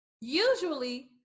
usually